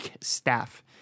Staff